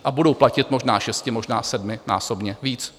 A budou platit možná šesti, možná sedminásobně víc.